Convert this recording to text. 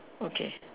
okay